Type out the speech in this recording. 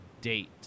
date